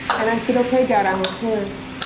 and i said, okay god, i want parents.